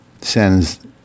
sends